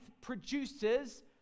produces